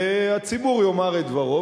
והציבור יאמר את דברו.